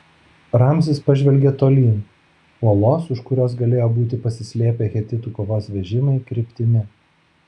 ramzis pažvelgė tolyn uolos už kurios galėjo būti pasislėpę hetitų kovos vežimai kryptimi